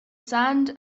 sand